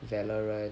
valorant